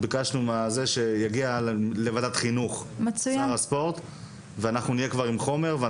וביקשנו מהשר שיגיע לוועדת החינוך ואנחנו נהיה כבר עם חומר.